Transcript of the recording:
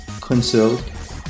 consult